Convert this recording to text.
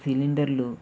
సిలిండర్లు